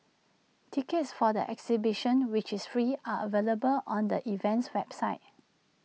tickets for the exhibition which is free are available on the event's website